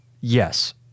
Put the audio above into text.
Yes